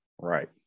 right